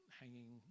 hanging